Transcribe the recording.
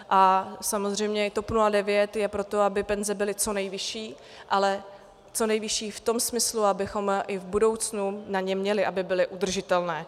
A samozřejmě TOP 09 je pro to, aby penze byly co nejvyšší, ale co nejvyšší v tom smyslu, abychom i v budoucnu na ně měli, aby byly udržitelné.